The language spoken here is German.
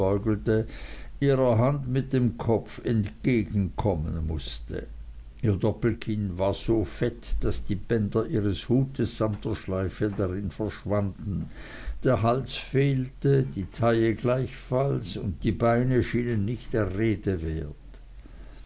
ihrer hand mit dem kopf entgegenkommen mußte ihr doppelkinn war so fett daß die bänder ihres hutes samt der schleife darin verschwanden der hals fehlte die taille gleichfalls und die beine schienen nicht der rede wert